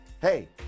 Hey